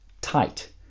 tight